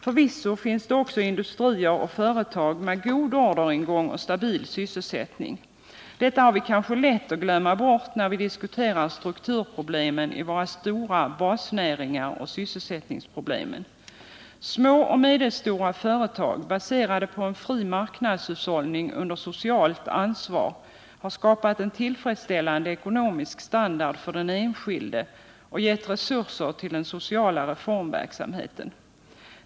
Förvisso finns det också industrier och företag med god orderingång och stabil sysselsättning. Detta har vi kanske lätt att glömma när vi diskuterar strukturproblemen i våra stora basnäringar och sysselsättningsproblemen. Små och medelstora företag baserade på en fri marknadshushållning under socialt ansvar har skapat en tillfredsställande ekonomisk standard för den enskilde och givit resurser till den sociala reformverksamheten.